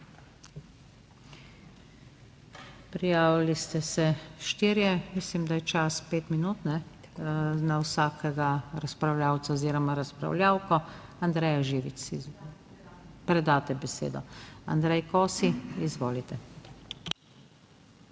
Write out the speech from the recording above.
Prijavili ste se štirje. Mislim, da je čas 5 minut na vsakega razpravljavca oziroma razpravljavko. Andreja Živic predate besedo. Andrej Kosi, izvolite.